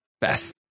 beth